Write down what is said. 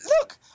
look